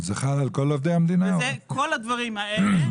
כל הדברים האלה,